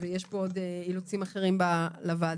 ויש עוד אילוצים אחרים לוועדה.